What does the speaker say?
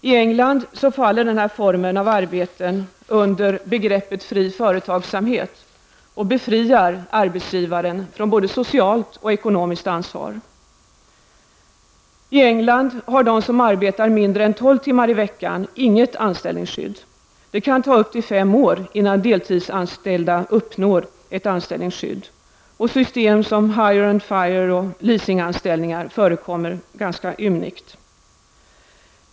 I England faller den här formen av arbeten under begreppet fri företagsamhet och befriar arbetsgivaren från både socialt och ekonomiskt ansvar. I England har de som arbetar mindre än 12 timmar i veckan inget anställningsskydd. Det kan ta upp till fem år innan deltidsanställda uppnår anställningsskydd. System som ''hire and fire'' och leasinganställningar förekommer ganska ymnigt.